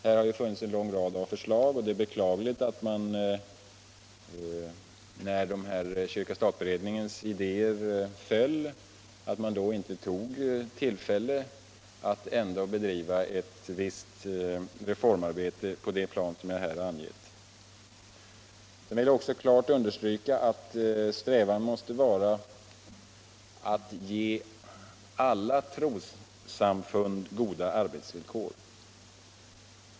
Här har funnits en lång rad förslag, och det är beklagligt att man, när kyrka-stat-beredningens idéer föll, inte utnyttjade tillfället att ändå bedriva ett visst reformarbete på det plan som jag här har angett. Sedan vill jag också understryka att strävan måste vara att ge alla trossamfund goda arbetsvillkor.